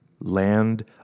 Land